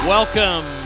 Welcome